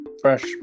fresh